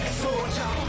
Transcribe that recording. soldier